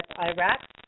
Iraq